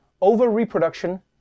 over-reproduction